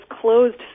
closed